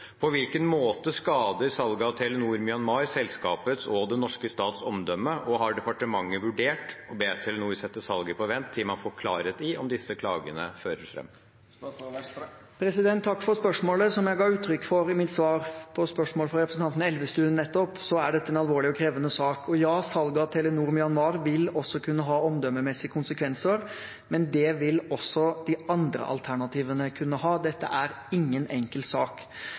På hvilken måte skader salget av Telenor Myanmar selskapets og den norske stats omdømme, og har departementet vurdert å be Telenor sette salget på vent til man får klarhet i om disse klagene vil føre frem?» Som jeg ga uttrykk for i mitt svar på spørsmålet fra representanten Elvestuen nettopp, er dette en alvorlig og krevende sak. Og ja, salget av Telenor Myanmar vil også kunne ha omdømmemessige konsekvenser, men det vil også de andre alternativene kunne ha. Dette er ingen enkel sak.